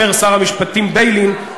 אומר שר המשפטים ביילין,